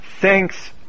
thanks